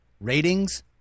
Ratings